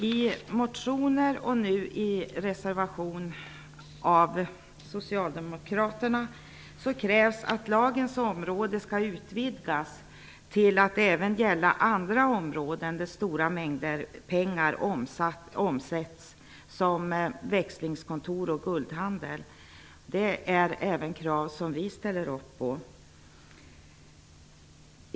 I motioner och nu i en reservation av socialdemokraterna krävs att lagens område utvidgas till att även gälla andra områden där stora mängder pengar omsätts, som växlingskontor och guldhandel. Det är krav som även vi ställer upp på.